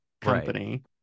company